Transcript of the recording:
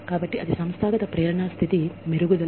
కాబట్టి ఇది సంస్థాగత ప్రేరణ స్థితి యొక్క మెరుగుదల